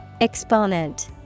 Exponent